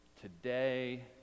Today